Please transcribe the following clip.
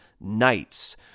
knights